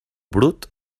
brut